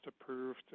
approved